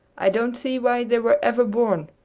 i don't see why they were ever born.